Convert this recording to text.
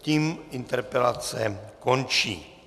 Tím interpelace končí.